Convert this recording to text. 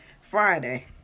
Friday